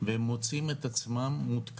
זה גם מרתיע ולציין שיש פה מצלמות